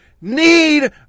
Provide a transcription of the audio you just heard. need